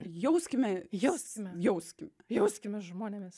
jauskime jauskime jauskim jauskimės žmonėmis